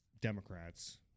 Democrats